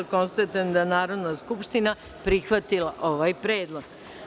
Konstatujem da je Narodna skupština prihvatila ovaj predlog.